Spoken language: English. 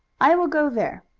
i will go there.